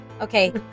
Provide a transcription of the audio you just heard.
Okay